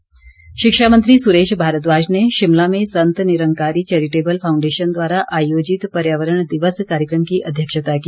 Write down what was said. भारद्वाज शिक्षा मंत्री सुरेश भारद्वाज ने शिमला में संत निरंकारी चैरिटेबल फांउडेशन द्वारा आयोजित पर्यावरण दिवस कार्यक्रम की अध्यक्षता की